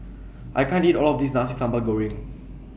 I can't eat All of This Nasi Sambal Goreng